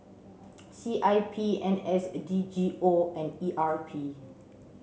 C I P N S a D G O and E R P